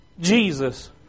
Jesus